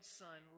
son